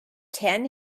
ten